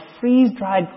freeze-dried